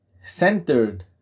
centered